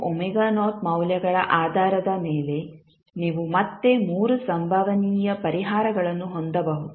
α ಮತ್ತು ಮೌಲ್ಯಗಳ ಆಧಾರದ ಮೇಲೆ ನೀವು ಮತ್ತೆ ಮೂರು ಸಂಭವನೀಯ ಪರಿಹಾರಗಳನ್ನು ಹೊಂದಬಹುದು